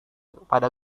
kepada